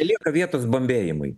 nelieka vietos bambėjimui